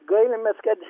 gailimės kad